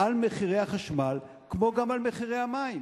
על מחירי החשמל, כמו גם על מחירי המים?